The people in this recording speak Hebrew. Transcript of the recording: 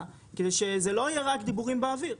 כדי שזה לא יהיה רק דיבורים באוויר.